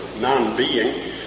non-being